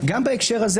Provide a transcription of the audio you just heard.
גם בהקשר הזה,